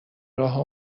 راهو